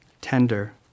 tender